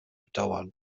bedauern